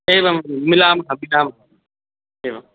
एवं मिलामः मिलामः एवम्